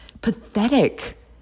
Pathetic